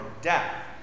death